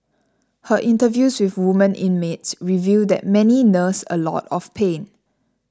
her interviews with women inmates reveal that many nurse a lot of pain